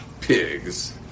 pigs